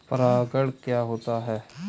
परागण क्या होता है?